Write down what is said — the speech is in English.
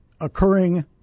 occurring